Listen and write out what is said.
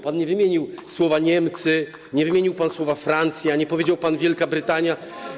Pan nie wymienił słowa: Niemcy, nie wymienił pan słowa: Francja, nie powiedział pan: Wielka Brytania.